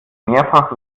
mehrfach